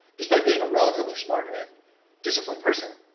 despite being a relatively smart and disciplined person,